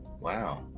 Wow